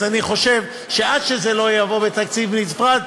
אז אני חושב שעד שזה לא יבוא בתקציב נפרד,